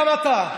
גם אתה,